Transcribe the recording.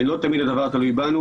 לא תמיד הדבר תלוי בנו.